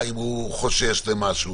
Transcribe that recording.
שבו